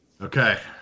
okay